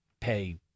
pay